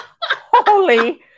Holy